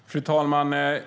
Fru talman!